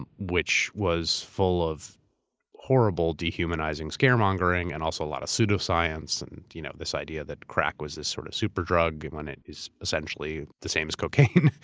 which was full of horrible, dehumanizing scaremongering and also a lot of pseudoscience. pseudoscience. and you know this idea that crack was this sort of super drug, when it is essentially the same as cocaine.